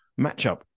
matchup